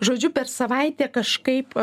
žodžiu per savaitę kažkaip